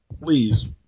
please